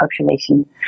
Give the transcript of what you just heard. population